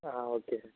ఆ okay sir